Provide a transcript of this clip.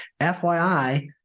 fyi